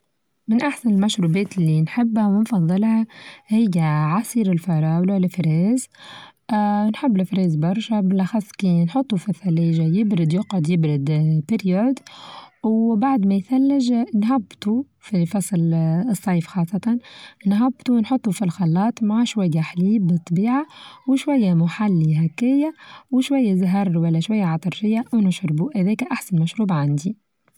من أحسن المشروبات اللي نحبها ونفظلها هي عصير الفراولة الفريز آآ نحب الفريز برشا بالأخص كى نحطو في الثلاچة يبرد يقعد يبرد بريود آ وبعد ما يثلچ نهبطو في فصل الصيف خاصة نهبطو ونحطوا في الخلاط مع شوية حليب للطبيعة وشوية محلي هكايا وشوية زهرلو ولا شوية عطرچية ونشربو هداك أحسن مشروب عندي.